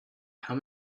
how